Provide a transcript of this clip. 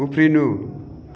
उफ्रिनु